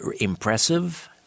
impressive